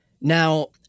Now